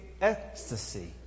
ecstasy